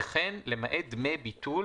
וכן, למעט דמי ביטול